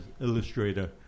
illustrator